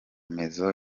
maison